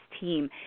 team